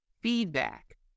feedback